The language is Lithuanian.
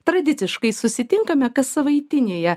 tradiciškai susitinkame kas savaitinėje